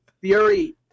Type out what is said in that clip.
Fury